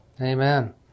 Amen